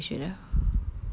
ya maybe I should ah